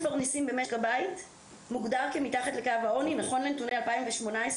מנסים למצוא פתרונות עבודה כדי לנסות להתקיים ולסייע,